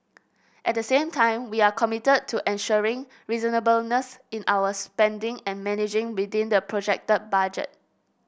at the same time we are committed to ensuring reasonableness in our spending and managing within the projected budget